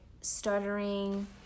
stuttering